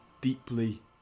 deeply